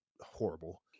horrible